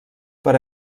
per